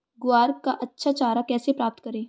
ग्वार का अच्छा चारा कैसे प्राप्त करें?